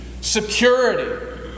security